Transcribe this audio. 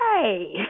hey